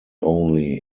only